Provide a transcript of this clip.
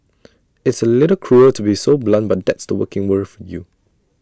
it's A little cruel to be so blunt but that's the working world for you